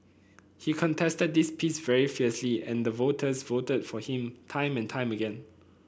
he contested this piece very fiercely and the voters voted for him time and time again